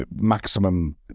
maximum